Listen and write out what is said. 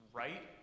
right